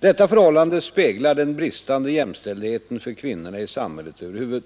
Detta förhållande speglar den bristande jämställdheten för kvinnorna i samhället över huvud.